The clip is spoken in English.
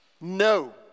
No